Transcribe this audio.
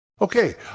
Okay